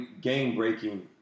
game-breaking